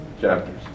chapters